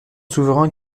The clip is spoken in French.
souverain